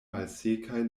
malsekaj